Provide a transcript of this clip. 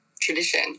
tradition